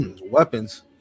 weapons